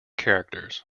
characters